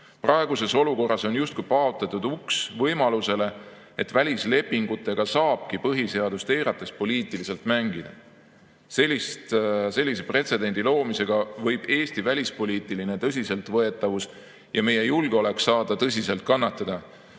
Praeguses olukorras on justkui paotatud uks võimalusele, et välislepingutega saabki põhiseadust eirates poliitiliselt mängida. Sellise pretsedendi loomisega võib Eesti välispoliitiline tõsiseltvõetavus ja meie julgeolek saada tõsiselt kannatada.